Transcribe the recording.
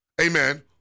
Amen